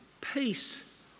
peace